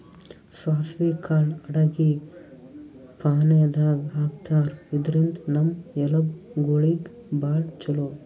ಸಾಸ್ವಿ ಕಾಳ್ ಅಡಗಿ ಫಾಣೆದಾಗ್ ಹಾಕ್ತಾರ್, ಇದ್ರಿಂದ್ ನಮ್ ಎಲಬ್ ಗೋಳಿಗ್ ಭಾಳ್ ಛಲೋ